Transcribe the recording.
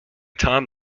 tom